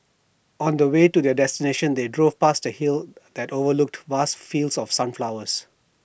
on the way to their destination they drove past A hill that overlooked vast fields of sunflowers